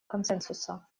консенсуса